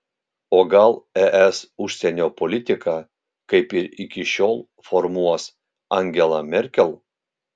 o gal es užsienio politiką kaip ir iki šiol formuos angela merkel